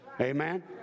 Amen